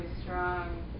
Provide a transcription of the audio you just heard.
strong